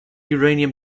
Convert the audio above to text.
uranium